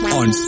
on